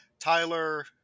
Tyler